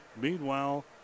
meanwhile